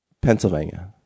Pennsylvania